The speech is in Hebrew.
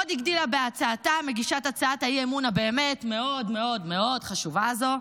עוד הגדילה בהצעתה מגישת הצעת האי-אמון הבאמת-מאוד מאוד מאוד חשובה הזו,